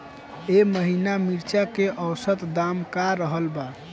एह महीना मिर्चा के औसत दाम का रहल बा?